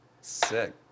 Sick